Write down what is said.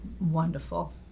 wonderful